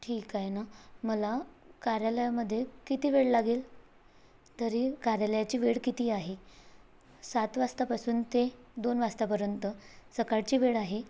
ठीक आहे ना मला कार्यालयामध्ये किती वेळ लागेल तरी कार्यालयाची वेळ किती आहे सात वाजतापासून ते दोन वाजतापर्यंत सकाळची वेळ आहे